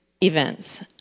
events